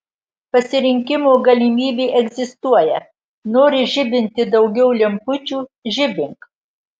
pasirinkimo galimybė egzistuoja nori žibinti daugiau lempučių žibink